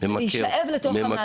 להישאב לתוך הדבר הזה.